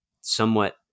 somewhat